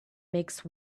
make